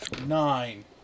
nine